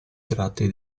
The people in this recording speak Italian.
tratti